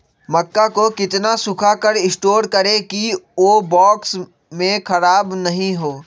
मक्का को कितना सूखा कर स्टोर करें की ओ बॉक्स में ख़राब नहीं हो?